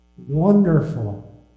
Wonderful